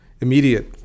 immediate